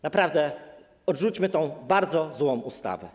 Naprawdę, odrzućmy tę bardzo złą ustawę.